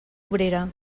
obrera